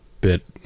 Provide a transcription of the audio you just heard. bit